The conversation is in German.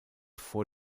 vor